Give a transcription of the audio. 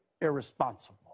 irresponsible